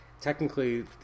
technically